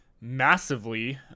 massively